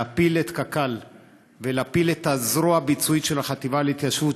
להפיל את קק"ל ולהפיל את הזרוע הביצועית של החטיבה להתיישבות,